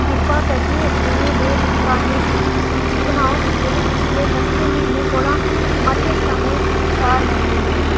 किरपा करियै उ'नें दे भुगतानें दी इक सूची बनाओ जेह्ड़े पिछले दस्सें म्हीने कोला मते समें शा नेईं मिले